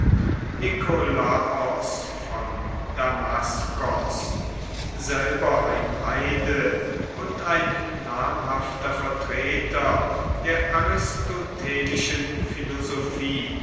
nikolaos von damaskos selber ein heide und ein namhafter vertreter der aristotelischen philosophie